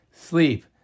sleep